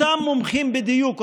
אותם מומחים בדיוק,